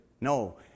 No